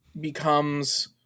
becomes